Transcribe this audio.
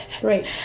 Great